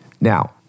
Now